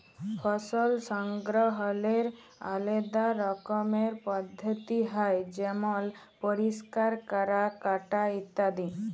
ফসল সংগ্রহলের আলেদা রকমের পদ্ধতি হ্যয় যেমল পরিষ্কার ক্যরা, কাটা ইত্যাদি